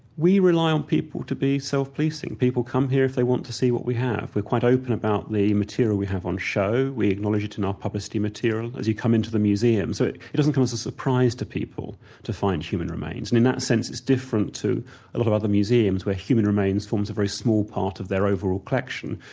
we rely on people to be self-policing. people come here if they want to see what we have, we're quite open about the material we have on show. we acknowledge it in our publicity material as you come into the museum, so it doesn't come as a surprise to people to find human remains, and in that sense it's different to a lot of other museums, museums, where human remains form a very small part of their overall collection.